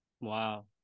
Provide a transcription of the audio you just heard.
Wow